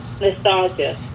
nostalgia